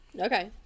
Okay